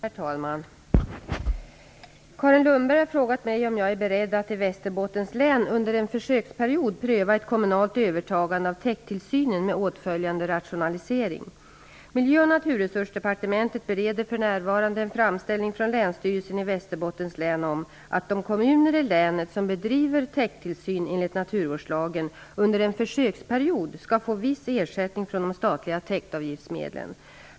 Herr talman! Carin Lundberg har frågat mig om jag är beredd att i Västerbottens län under en försöksperiod pröva ett kommunalt övertagande av täkttillsynen med åtföljande rationalisering. Miljö och naturresursdepartementet bereder för närvarande en framställning från Länsstyrelsen i Västerbottens län om att de kommuner i länet som bedriver täkttillsyn enligt naturvårdslagen under en försöksperiod skall få viss ersättning från de statliga täktavgiftsmedlem.